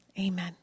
amen